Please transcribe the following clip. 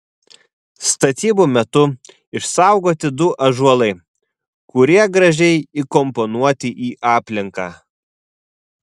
statybų metu išsaugoti du ąžuolai kurie gražiai įkomponuoti į aplinką